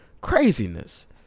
Craziness